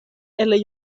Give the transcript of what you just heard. eller